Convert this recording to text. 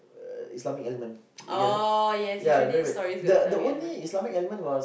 uh Islamic element you get what I mean ya very weird the the only Islamic element was